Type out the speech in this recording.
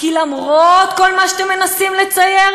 כי למרות כל מה שאתם מנסים לצייר,